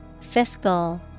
Fiscal